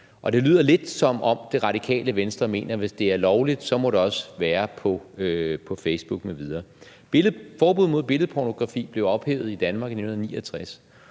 og det lyder lidt, som om Det Radikale Venstre mener, at hvis det er lovligt, må det også være på Facebook m.v. Forbuddet mod billedpornografi blev ophævet i Danmark i 1969,